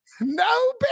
no